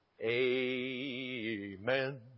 Amen